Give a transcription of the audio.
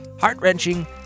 heart-wrenching